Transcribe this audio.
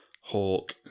Hawk